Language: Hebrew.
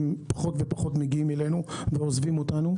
פחות ופחות מגיעים אלינו ועוזבים אותנו,